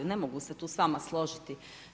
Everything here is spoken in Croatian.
Ne mogu se tu s vama složiti.